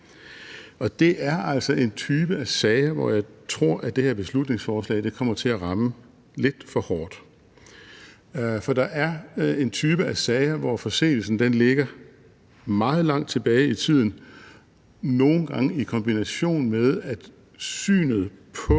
og det er altså en type af sager, hvor jeg tror, at det her beslutningsforslag kommer til at ramme lidt for hårdt. For der er en type af sager, hvor forseelsen ligger meget langt tilbage i tiden, og nogle gange i kombination med, at synet på